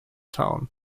town